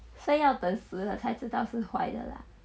所以要等死了才知道是坏的 lah